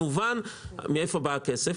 מאיפה בא הכסף?